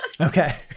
okay